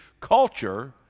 culture